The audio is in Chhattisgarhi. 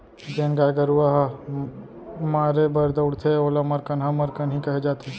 जेन गाय गरूवा ह मारे बर दउड़थे ओला मरकनहा मरकनही कहे जाथे